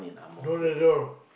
no result